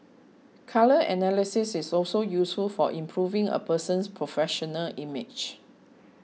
colour analysis is also useful for improving a person's professional image